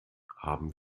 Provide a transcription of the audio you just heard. haben